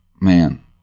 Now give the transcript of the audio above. Man